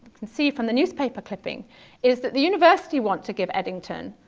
can see from the newspaper clippings is that the university wants to give eddington